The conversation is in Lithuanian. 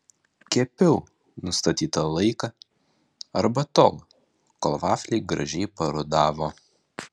kepiau nustatytą laiką arba tol kol vafliai gražiai parudavo